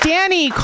Danny